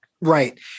right